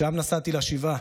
משם נסעתי לשבעה,